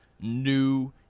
new